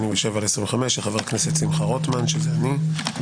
פ/87/25, של חבר הכנסת שמחה רוטמן אני.